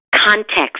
context